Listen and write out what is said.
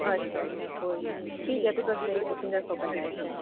अच्छा अच्छा कोई निं ठीक ऐ प्ही तुस मेरी बुकिंग रक्खो कल्लै आस्तै